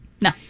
No